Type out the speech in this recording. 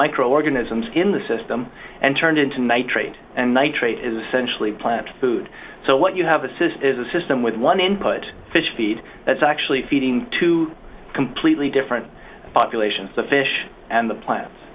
microorganisms in the system and turned into nitrate and nitrate is centrally plant food so what you have a cyst is a system with one input fish feed that's actually feeding two completely different populations the fish and the plants